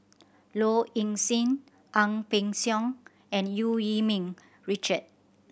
Low Ing Sing Ang Peng Siong and Eu Yee Ming Richard